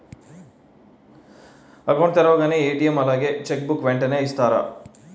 Account తెరవగానే ATM అలాగే cheque book వెంటనే ఇస్తారా?